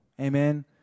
Amen